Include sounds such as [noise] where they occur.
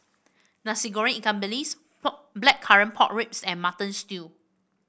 Nasi Goreng Ikan Bilis [unintelligible] Blackcurrant Pork Ribs and Mutton Stew